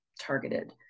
targeted